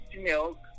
milk